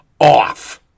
off